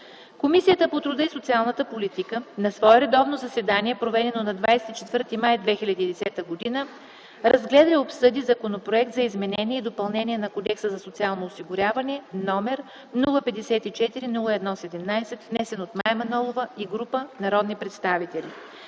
Комисията по труда и социалната политика на свое редовно заседание, проведено на 24 март 2010 г., разгледа и обсъди Законопроект за изменение и допълнение на Кодекса за социално осигуряване, № 054-01-17, внесен от Мая Манолова и група народни представители.